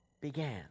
began